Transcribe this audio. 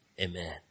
Amen